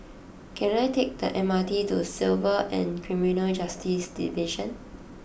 can I take the M R T to Civil and Criminal Justice Division